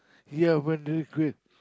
ya burn the liquid